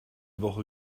woche